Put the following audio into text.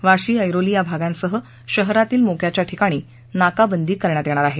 वाशी ऐरोली या भागांसह शहरातील मोक्याच्या ठिकाणी नाकाबंदी करण्यात येणार आहे